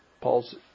Paul's